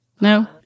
No